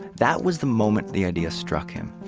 that was the moment the idea struck him.